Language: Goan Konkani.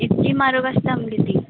ती म्हारग आसता आमगे ती